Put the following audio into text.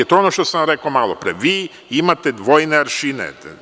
To je ono što sam rekao malo pre, vi imate dvojne aršine.